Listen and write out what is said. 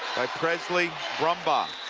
by presley brumbaugh.